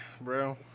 bro